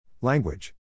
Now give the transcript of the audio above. Language